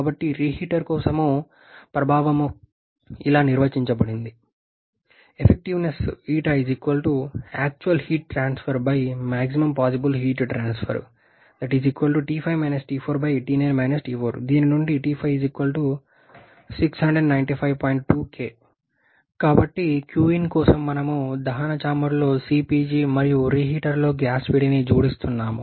కాబట్టి రీహీటర్ కోసం ప్రభావం ఇలా నిర్వచించబడింది దీని నుండి పొందవచ్చు కాబట్టి qin కోసం మనం దహన చాంబర్లో cpg మరియు రీహీటర్లో గ్యాస్ వేడిని జోడిస్తున్నాము